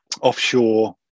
offshore